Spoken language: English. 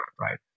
right